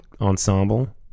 ensemble